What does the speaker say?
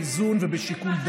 איזה עסק?